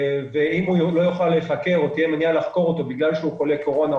אם תהיה מניעה לחקור אותו בגלל שהוא חולה קורונה,